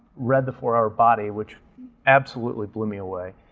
read the four hour body, which absolutely blew me away,